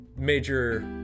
Major